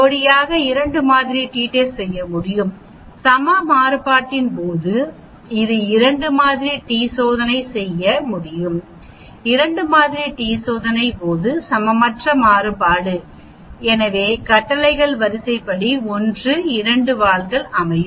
ஜோடியாக இரண்டு மாதிரி டி டெஸ்ட் செய்ய முடியும் சம மாறுபாட்டின் போது அது இரண்டு மாதிரி டி சோதனை செய்ய முடியும் இரண்டு மாதிரி டி சோதனை போது சமமற்ற மாறுபாடு எனவே கட்டளைகள் வரிசை 1 வரிசை 2 வால்கள் மற்றும் வகை